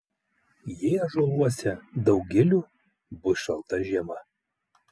jei ąžuoluose daug gilių bus šalta žiema